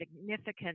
significant